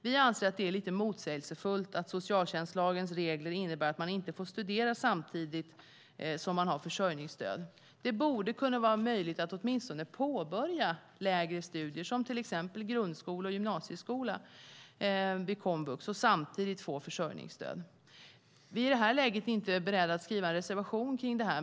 Vi anser att det är lite motsägelsefullt att socialtjänstlagens regler innebär att man inte får studera samtidigt som man får försörjningsstöd. Det borde kunna vara möjligt att åtminstone påbörja lägre studier, till exempel grundskola och gymnasieskola vid komvux, och samtidigt få försörjningsstöd. Vi är i detta läge inte beredda att skriva en reservation om detta.